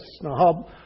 Now